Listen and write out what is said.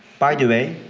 by the way,